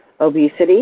obesity